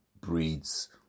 breeds